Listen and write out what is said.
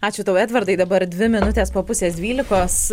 ačiū tau edvardai dabar dvi minutės po pusės dvylikos